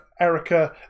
erica